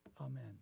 amen